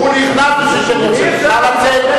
נא לצאת.